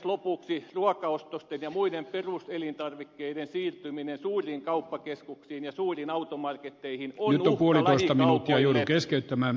lopuksi ruokaostosten ja muiden peruselintarvikkeiden siirtyminen suuriin kauppakeskuksiin ja suuriin automarketteihin on uhka lähikaupoille